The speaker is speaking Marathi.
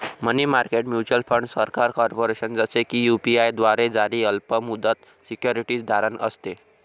मनी मार्केट म्युच्युअल फंड सरकार, कॉर्पोरेशन, जसे की यू.एस द्वारे जारी अल्प मुदत सिक्युरिटीज धारण असते